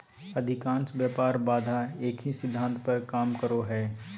अधिकांश व्यापार बाधा एक ही सिद्धांत पर काम करो हइ